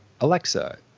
alexa